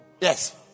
yes